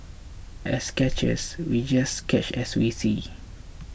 as sketchers we just sketch as we see